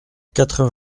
quatre